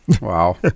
wow